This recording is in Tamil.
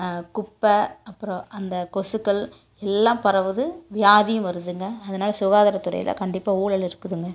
குப்பை அப்புறம் அந்த கொசுக்கள் எல்லாம் பரவுது வியாதியும் வருதுங்க அதனால் சுகாதார துறையில் கண்டிப்பாக ஊழல் இருக்குதுங்க